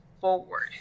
forward